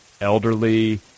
elderly